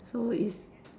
so it's